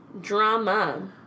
Drama